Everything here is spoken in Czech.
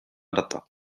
data